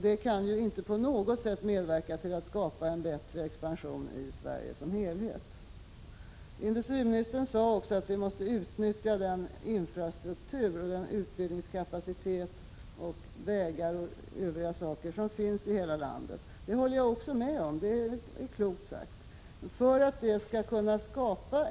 Det kan ju inte på något sätt medverka till att skapa en bättre expansion i Sverige som helhet. Industriministern sade också att vi måste utnyttja infrastruktur, utbildningskapacitet, vägar och annat som finns i hela landet. Det håller jag också med om. Det är klokt sagt.